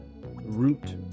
root